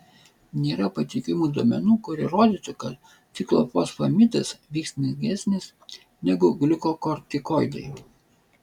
nėra patikimų duomenų kurie rodytų kad ciklofosfamidas veiksmingesnis negu gliukokortikoidai